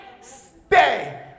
stay